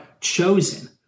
chosen